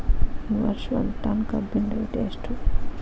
ಈ ವರ್ಷ ಒಂದ್ ಟನ್ ಕಬ್ಬಿನ ರೇಟ್ ಎಷ್ಟು?